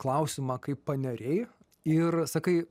klausimą kaip paneriai ir sakai